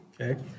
Okay